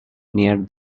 near